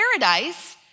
paradise